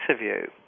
interview